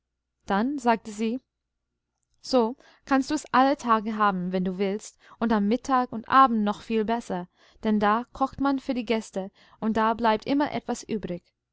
dann sagte sie so kannst du's alle tage haben wenn du willst und am mittag und abend noch viel besser denn da kocht man für die gäste und da bleibt immer etwas übrig